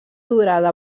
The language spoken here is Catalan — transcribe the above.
durada